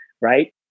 right